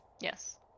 Yes